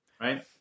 right